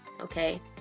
okay